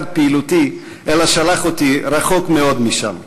פעילותי אלא שלח אותי רחוק מאוד משם.